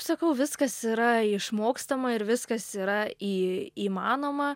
sakau viskas yra išmokstama ir viskas yra į įmanoma